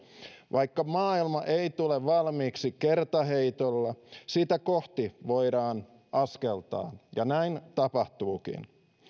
vaikka maailma ei tule valmiiksi kertaheitolla sitä kohti voidaan askeltaa ja näin tapahtuukin